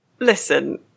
Listen